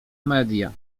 media